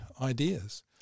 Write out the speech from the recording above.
ideas